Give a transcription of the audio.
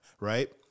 right